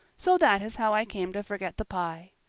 so that is how i came to forget the pie.